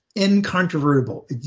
incontrovertible